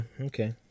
Okay